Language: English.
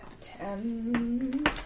Ten